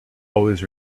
always